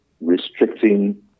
restricting